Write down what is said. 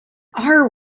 are